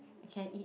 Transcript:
I can eat